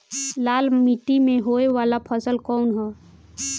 लाल मीट्टी में होए वाला फसल कउन ह?